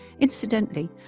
Incidentally